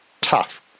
tough